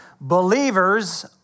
Believers